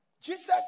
Jesus